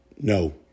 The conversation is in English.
no